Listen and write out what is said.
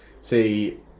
See